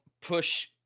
push